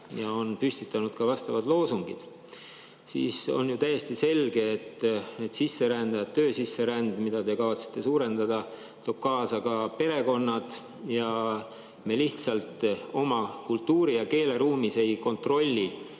ja on püstitanud ka vastavad loosungid. On aga täiesti selge, et töösisseränd, mida te kavatsete suurendada, toob kaasa ka perekonnad ja me lihtsalt oma kultuuri- ja keeleruumis ei kontrolli